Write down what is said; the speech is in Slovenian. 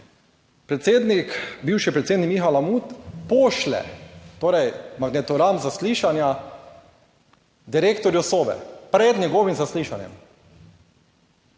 Predsednik, bivši predsednik Miha Lamut pošlje torej magnetogram zaslišanja direktorju Sove pred njegovim zaslišanjem.